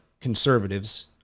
conservatives